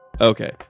Okay